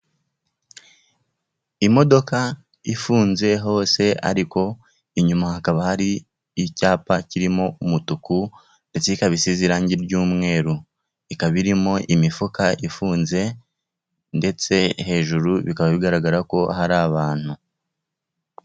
Imodoka ifunze hose, ariko inyuma hakaba hari icyapa kirimo umutuku ndetse ikaba isize irangi ry'umweru, ikaba irimo imifuka ifunze ndetse hejuru, bikaba bigaragara ko hari abantu.